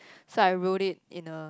so I wrote it in a